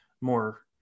more